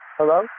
Hello